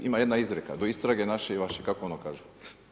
Ima jedna izreka, do istrage naši i vaši, kako ono kažu.